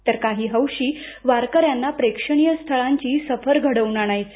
तर काही हौशी वारक ना प्रेक्षणीय स्थळांची सफर घडवून आणायचे